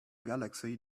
galaxy